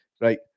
right